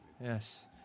Yes